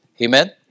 Amen